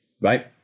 right